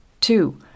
Two